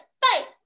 fight